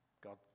God